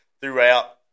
throughout